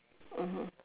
mmhmm